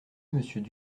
monsieur